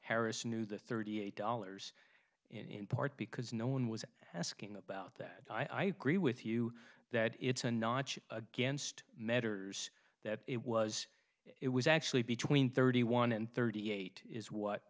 harris knew the thirty eight dollars in part because no one was asking about that i agree with you that it's a notch against matters that it was it was actually between thirty one and thirty eight is what